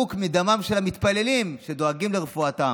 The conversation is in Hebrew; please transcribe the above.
סמוק מדמם של המתפללים, שדואגים לרפואתם.